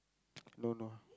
no no